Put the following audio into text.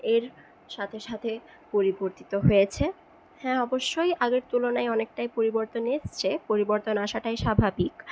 এর সাথে সাথে পরিবর্তিত হয়েছে হ্যাঁ অবশ্যই আগের তুলনায় অনেকটাই পরিবর্তন এসেছে পরিবর্তন আসাটাই স্বাভাবিক